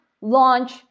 launch